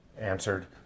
answered